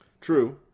true